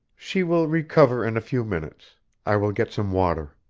she will recover in a few minutes i will get some water.